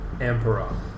emperor